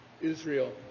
Israel